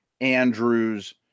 Andrews